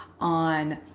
on